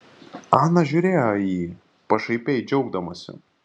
ana žiūrėjo į jį pašaipiai džiaugdamasi